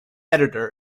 editor